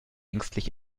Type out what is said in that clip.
ängstlich